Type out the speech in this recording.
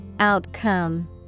Outcome